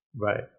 Right